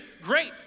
Great